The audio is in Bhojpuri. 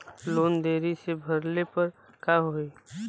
लोन देरी से भरले पर का होई?